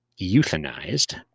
euthanized